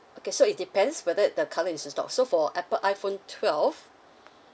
okay so it depends whether it the colour is in stock so for Apple iPhone twelve